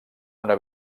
una